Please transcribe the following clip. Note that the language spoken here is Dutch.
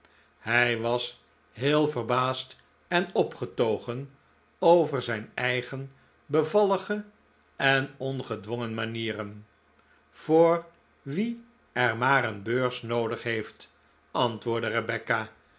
hij was heel verbaasd en opgetogen over zijn eigen bevallige en ongedwongen manieren voor wien er maar een beurs noodig heeft antwoordde rebecca